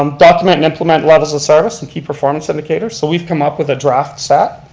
um document and implement levels of service and key performance indicators. so we've come up with a draft set,